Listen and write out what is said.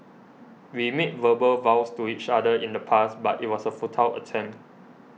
we made verbal vows to each other in the past but it was a futile attempt